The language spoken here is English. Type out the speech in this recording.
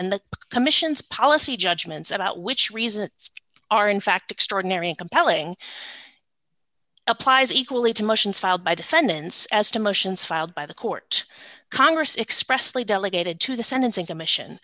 and the commission's policy judgments about which reason are in fact extraordinary and compelling applies equally to motions filed by defendants as to motions filed by the court congress expressed lee delegated to the sentencing commission